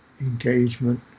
engagement